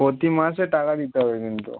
প্রতি মাসে টাকা দিতে হবে কিন্তু